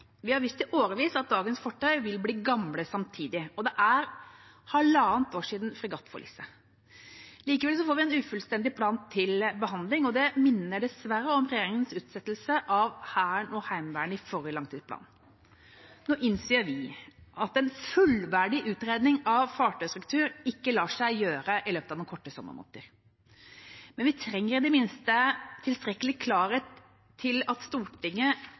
Vi har visst i årevis at dagens fartøy vil bli gamle samtidig, og det er halvannet år siden fregattforliset. Likevel får vi en ufullstendig plan til behandling, og det minner dessverre om regjeringas utsettelse av Hæren og Heimevernet i forrige langtidsplan. Nå innser vi at en fullverdig utredning av fartøystruktur ikke lar seg gjøre i løpet av noen korte sommermåneder, men vi trenger i det minste tilstrekkelig klarhet til at Stortinget